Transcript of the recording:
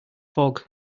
fog